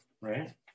right